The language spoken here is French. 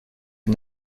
est